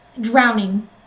Drowning